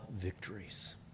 victories